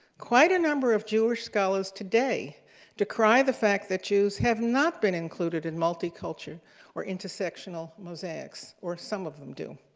quite a number of jewish scholars today decry the fact that jews have not been included in multiculture or intersectional mosaics, or some of them do.